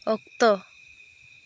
ᱚᱠᱛᱚ